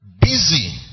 busy